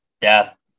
death